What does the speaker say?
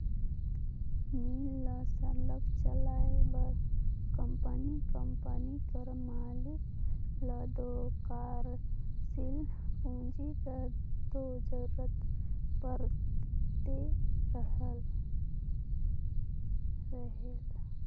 मील ल सरलग चलाए बर कंपनी कंपनी कर मालिक ल दो कारसील पूंजी कर दो जरूरत परते रहेल